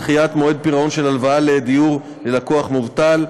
דחיית מועד פירעון של הלוואה לדיור ללקוח מובטל),